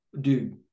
Dude